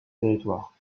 territoire